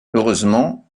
heureusement